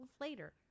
later